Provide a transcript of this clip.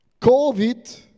COVID